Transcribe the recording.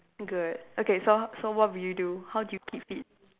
good okay so so what would you do how do you keep fit